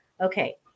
Okay